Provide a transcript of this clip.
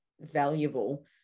valuable